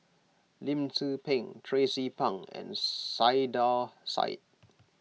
Lim Tze Peng Tracie Pang and Saiedah Said